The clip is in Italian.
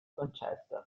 concetto